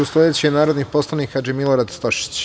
Sledeći je narodni poslanik Hadži Milorad Stošić.